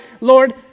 Lord